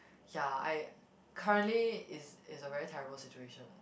ya I currently is is a very terrible situation